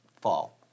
fall